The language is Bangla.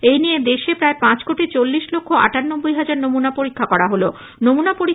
এই নিয়ে দেশে প্রায় পাঁচ কোটি চল্লিশ লক্ষ আটানব্বই হাজার নমুনা পরীক্ষা করা হলো